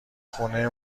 خونه